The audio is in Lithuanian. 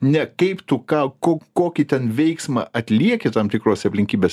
ne kaip tu ką ko kokį ten veiksmą atlieki tam tikrose aplinkybėse